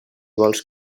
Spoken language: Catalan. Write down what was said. vols